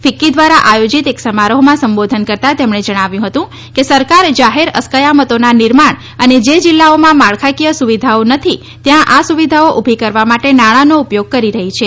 FICCI દ્વારા આયોજીત એક સમારોહમાં સંબોધન કરતા તેમણે જણાવ્યું હતું કે સરકાર જાહેર અસ્કયામતોના નિર્માણ અને જે જિલ્લાઓમાં માળખાકીય સુવિધાઓ નથી ત્યાં આ સુવિધાઓ ઉભી કરવા માટે નાણાનો ઉપયોગ કરી રહી છે